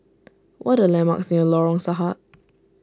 what are the landmarks near Lorong Sahad